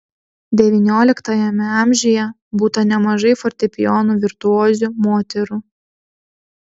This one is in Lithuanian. devynioliktajame amžiuje būta nemažai fortepijono virtuozių moterų